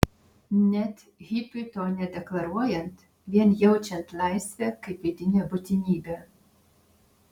net hipiui to nedeklaruojant vien jaučiant laisvę kaip vidinę būtinybę